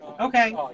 Okay